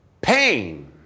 Pain